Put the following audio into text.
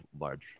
large